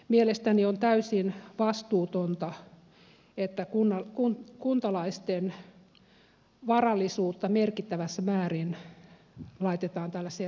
mielestäni on täysin vastuutonta että kuntalaisten varallisuutta merkittävässä määrin laitetaan tällaiseen riskisijoitukseen